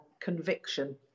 conviction